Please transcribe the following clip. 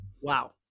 wow